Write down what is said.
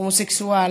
הומוסקסואל.